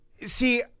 See